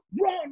run